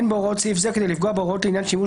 אין בהוראות סעיף זה כדי לפגוע בהוראות לעניין שימוש